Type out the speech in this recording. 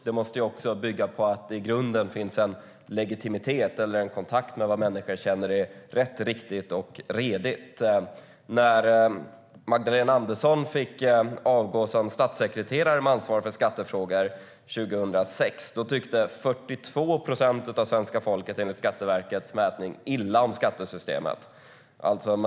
Det måste också bygga på att det i grunden finns en legitimitet eller en kontakt mellan vad människor känner är rätt, riktigt och redigt. När Magdalena Andersson fick avgå som statssekreterare med ansvar för skattefrågor 2006 tyckte 42 procent av svenska folket enligt Skatteverkets mätning illa om skattesystemet.